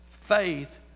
Faith